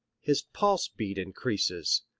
his pulse beat increases,